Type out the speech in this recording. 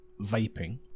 vaping